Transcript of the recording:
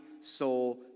soul